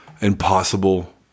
impossible